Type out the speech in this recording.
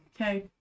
Okay